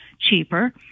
cheaper